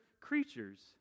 creatures